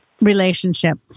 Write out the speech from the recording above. relationship